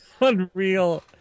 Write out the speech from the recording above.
Unreal